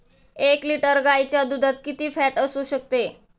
एक लिटर गाईच्या दुधात किती फॅट असू शकते?